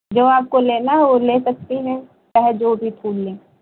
जो आपको लेना है वो ले सकती हैं चाहे जो भी फूल लें